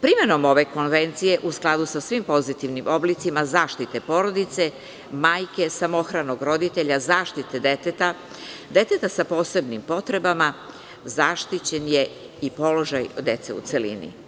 Primenom ove konvencije u skladu sa svim pozitivnim oblicima zaštite porodice, majke, samohranog roditelja, zaštite deteta, deteta sa posebnim potrebama, zaštićen je i položaj dece u celini.